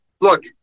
look